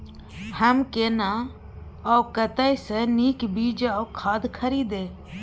हम केना आ कतय स नीक बीज आ खाद खरीदे?